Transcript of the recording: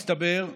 מסתבר,